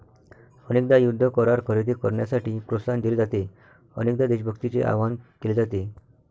अनेकदा युद्ध करार खरेदी करण्यासाठी प्रोत्साहन दिले जाते, अनेकदा देशभक्तीचे आवाहन केले जाते